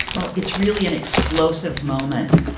well, it's really an explosive moment.